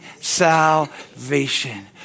salvation